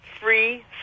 free